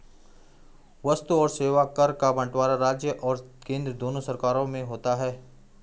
वस्तु और सेवा कर का बंटवारा राज्य और केंद्र दोनों सरकार में होता है